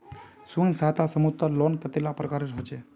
स्वयं सहायता समूह लोन कतेला प्रकारेर होचे?